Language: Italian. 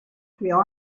creò